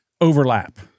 overlap